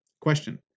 Question